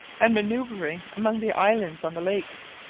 and manoeuvring among the islands on the lakes,